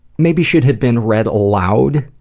maybe should have been read aloud.